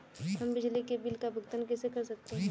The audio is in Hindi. हम बिजली के बिल का भुगतान कैसे कर सकते हैं?